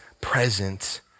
present